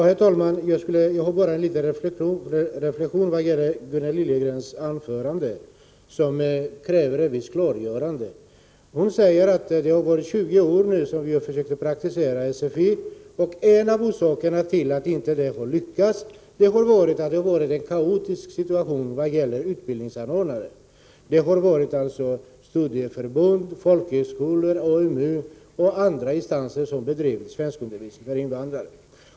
Herr talman! Jag vill göra en liten reflexion beträffande Gunnel Liljegrens anförande, som kräver ett visst klarläggande. Hon säger att man i 20 år har försökt praktisera SFI och att en av orsakerna till att det inte har lyckats har varit att det rått en kaotisk situation i fråga om utbildningsanordnarna. Studieförbund, folkhögskolor, AMU och andra instanser har bedrivit svenskundervisning för invandrare.